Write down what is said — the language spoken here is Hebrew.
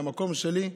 מהמקום שלי,